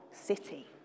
city